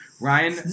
Ryan